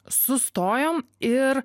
sustojom ir